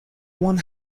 one